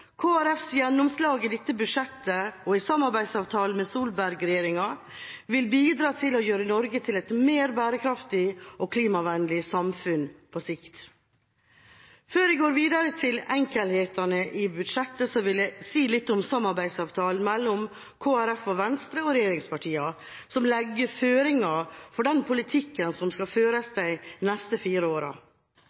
gjennomslag i dette budsjettet og i samarbeidsavtalen med Solberg-regjeringa vil bidra til å gjøre Norge til et mer bærekraftig og klimavennlig samfunn på sikt. Før jeg går videre til enkelthetene i budsjettet, vil jeg si litt om samarbeidsavtalen mellom Kristelig Folkeparti og Venstre og regjeringspartiene, som legger føringer for den politikken som skal føres de neste fire